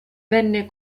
venne